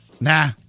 nah